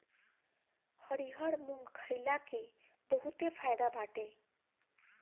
हरिहर मुंग खईला के बहुते फायदा बाटे